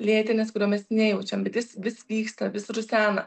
lėtinis kurio mes nejaučiam bet jis vis vyksta vis rusena